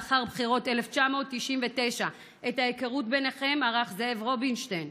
לאחר בחירות 1999. את ההיכרות ביניכם ערך זאב רובינשטיין,